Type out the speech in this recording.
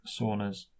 saunas